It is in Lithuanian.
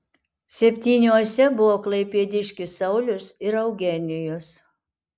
septyniuose buvo klaipėdiškis saulius ir eugenijus